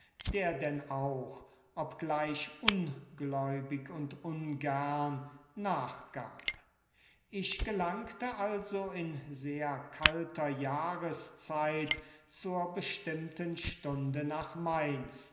der denn auch obgleich ungläubig und ungern nachgab ich gelangte also in sehr kalter jahreszeit zur bestimmten stunde nach mainz